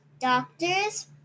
Doctors